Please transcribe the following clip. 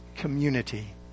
community